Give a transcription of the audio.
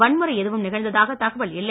வன்முறை எதுவும் நிகழ்ந்ததாக தகவல் இல்லை